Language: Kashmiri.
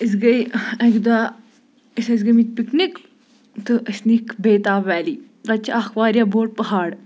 أسۍ گٔے اَکہِ دۄہ أسۍ ٲسۍ گٔمٕتۍ پِکنِک تہٕ أسۍ نیٖکھ بیتاب ویلی تَتہِ چھِ اَکھ واریاہ بوٚڑ پہاڑ